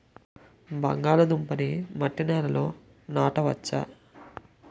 బంగాళదుంప నీ మట్టి నేలల్లో నాట వచ్చా?